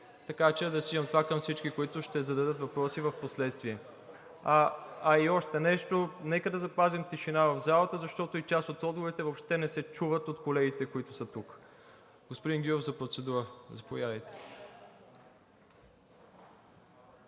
Адресирам това към всички, които ще зададат въпроси впоследствие. А и още нещо, нека да запазим тишина в залата, защото и част от отговорите въобще не се чуват от колегите, които са тук. Господин Гюров – за процедура, заповядайте.